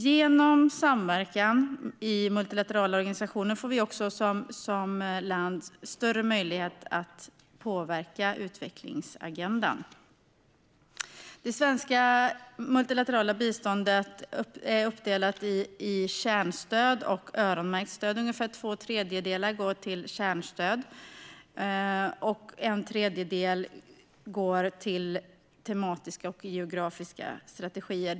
Genom samverkan i multilaterala organisationer får vi också som land större möjlighet att påverka utvecklingsagendan. Det svenska multilaterala biståndet är uppdelat i kärnstöd och öronmärkt stöd. Ungefär två tredjedelar går till kärnstöd, och en tredjedel går till tematiska och geografiska strategier.